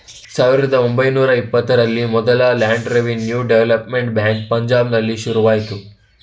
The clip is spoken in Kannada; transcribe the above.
ಸಾವಿರದ ಒಂಬೈನೂರ ಇಪ್ಪತ್ತರಲ್ಲಿ ಮೊದಲ ಲ್ಯಾಂಡ್ ರೆವಿನ್ಯೂ ಡೆವಲಪ್ಮೆಂಟ್ ಬ್ಯಾಂಕ್ ಪಂಜಾಬ್ನಲ್ಲಿ ಶುರುವಾಯ್ತು